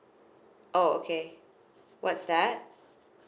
oh okay what's that